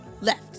Left